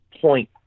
point